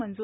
मंजूर